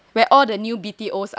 where all the new B_T_Os are lah